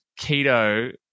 keto